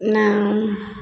ନା